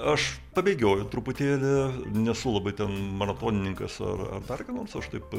aš pabėgioju truputėlį nesu labai ten monotonininkas ar ar dar ką nors aš taip